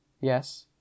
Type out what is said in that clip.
yes